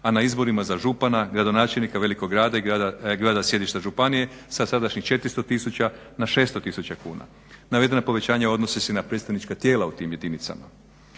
a na izborima za župana, gradonačelnika velikog grada i grada sjedišta županije sa sadašnjih 400000 na 600000 kuna. Navedena povećanja odnose se i na predstavnička tijela u tim jedinicama.